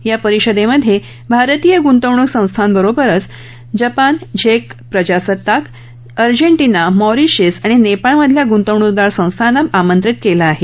या परिषदेमध्ये भारतीय गुंतवणूक संस्थांबरोबर जपान झेक प्रजासत्ताक अजॅटिना मॉरिशस आणि नेपाळमधल्या गुंतवणूकदार सस्थांना आमंत्रित केलं आहे